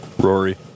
Rory